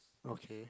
okay